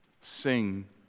sing